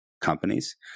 companies